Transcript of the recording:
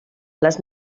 les